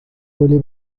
گلی